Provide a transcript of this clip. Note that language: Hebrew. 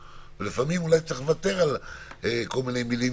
ולפעמים אולי צריך לוותר על כל מיני מילים